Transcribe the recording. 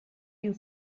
you